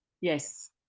Yes